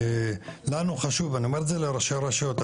לנו חשוב אני אומר את זה לראשי הרשויות,